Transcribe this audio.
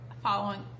following